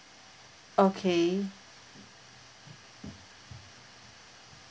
okay